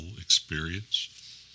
experience